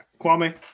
Kwame